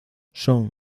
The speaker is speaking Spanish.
son